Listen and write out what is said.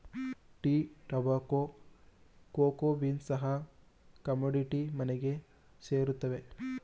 tea, tobacco, cocoa beans ಸಹ commodity ಮನಿಗೆ ಸೇರುತ್ತವೆ